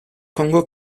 congo